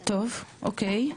טוב, אוקי,